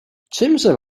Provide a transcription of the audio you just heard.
czymże